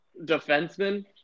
defenseman